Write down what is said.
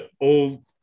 old